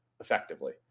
effectively